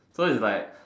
so it's like